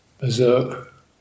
berserk